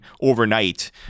overnight